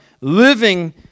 living